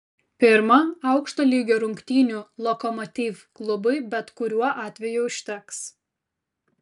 pirma aukšto lygio rungtynių lokomotiv klubui bet kuriuo atveju užteks